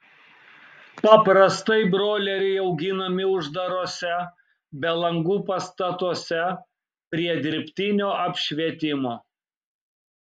paprastai broileriai auginami uždaruose be langų pastatuose prie dirbtinio apšvietimo